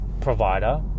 Provider